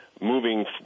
moving